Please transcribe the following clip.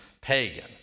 pagan